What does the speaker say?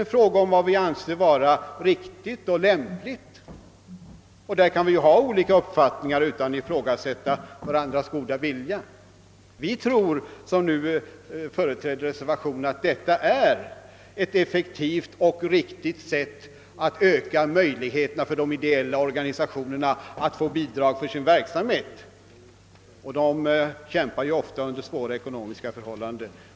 Nej, frågan gäller vad vi anser vara riktigt och lämpligt, och därvidlag kan vi ha olika uppfattningar utan att ifrågasätta varandras goda vilja. Vi som företräder reservationen anser att detta är ett effektivt och riktigt sätt att öka möjligheterna för de ideella organisationerna att få bidrag för sin verksamhet. De arbetar ju ofta under svåra ekonomiska förhållanden.